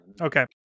okay